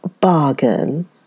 bargain